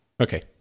Okay